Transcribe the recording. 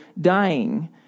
dying